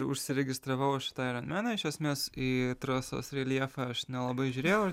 užsiregistravau aš į tą aironmeną iš esmės į trasos reljefą aš nelabai žiūrėjau